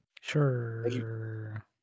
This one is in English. Sure